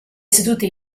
sedute